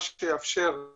מה שיאפשר את